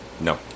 No